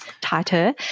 tighter